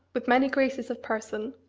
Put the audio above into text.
with many graces of person,